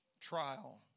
trial